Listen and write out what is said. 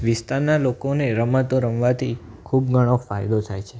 વિસ્તારના લોકોને રમતો રમવાથી ખૂબ ઘણો ફાયદો થાય છે